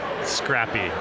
scrappy